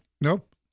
Nope